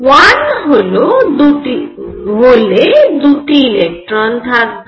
1 হলে 2টি ইলেকট্রন থাকবে